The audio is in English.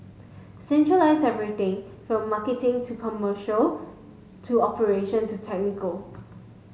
centralize everything from marketing to commercial to operation to technical